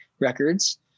Records